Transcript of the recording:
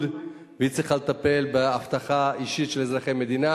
וצריכה לטפל באבטחה אישית של אזרחי מדינה,